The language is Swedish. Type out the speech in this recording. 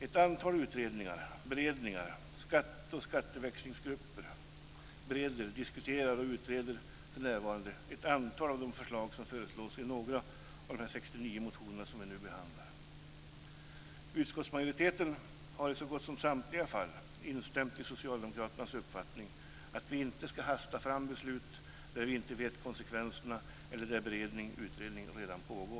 Ett antal utredningar, beredningar och skatteväxlingsgrupper bereder, diskuterar och utreder för närvarande ett antal av de förslag som läggs fram i några av de 69 motioner som vi nu behandlar. Utskottsmajoriteten har i så gott som samtliga fall instämt i socialdemokraternas uppfattning att vi inte ska hasta fram beslut som vi inte vet konsekvenserna av eller där beredning eller utredning redan pågår.